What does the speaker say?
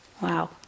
Wow